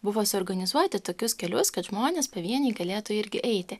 buvo suorganizuoti tokius kelius kad žmonės pavieniui galėtų irgi eiti